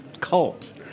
cult